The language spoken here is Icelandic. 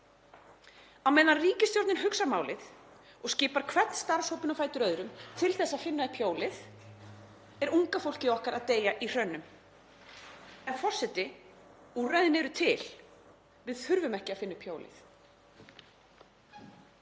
Á meðan ríkisstjórnin hugsar málið og skipar hvern starfshópinn á fætur öðrum til að finna upp hjólið er unga fólkið okkar að deyja í hrönnum. En, forseti, úrræðin eru til. Við þurfum ekki að finna upp hjólið.